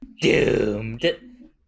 Doomed